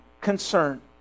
concern